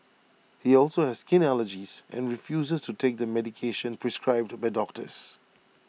he also has skin allergies and refuses to take the medication prescribed by doctors